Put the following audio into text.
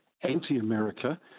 anti-America